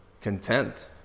content